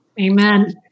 Amen